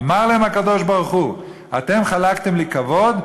אמר להם הקדוש-ברוך-הוא: אתם חלקתם לי כבוד?